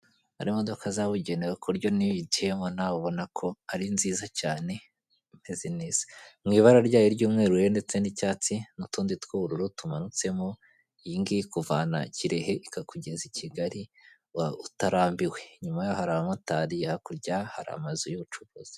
Hari imodoka zabugenewe ku buryo niyo uyigiyemo nawe ubona ko ari nziza cyane uteze neza, mw'ibara ryayo ry'umweruru rero ndetse n'icyatsi n'utundi tw'ubururu tumanutsemo iyi ngiyi ikuvana Kirehe ikakugeza i Kigali utarambiwe, inyuma yaho hari abamotari, hakurya hari amazu y'ubucuruzi